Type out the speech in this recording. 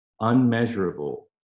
unmeasurable